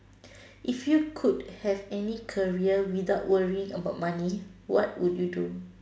if you could have any career without worrying about money what would you do